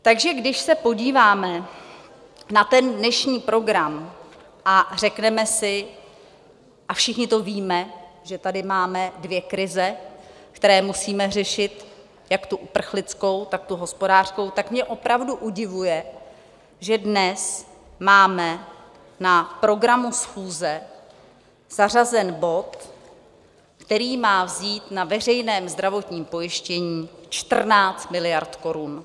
Takže když se podíváme na ten dnešní program a všichni to víme, že tady máme dvě krize, které musíme řešit, jak tu uprchlickou, tak tu hospodářskou tak mě opravdu udivuje, že dnes máme na programu schůze zařazen bod, který má vzít na veřejném zdravotním pojištění 14 miliard korun.